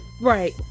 Right